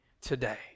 today